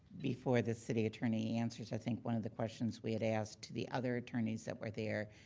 before the city attorney answers, i think one of the questions we had asked to the other attorneys that were there,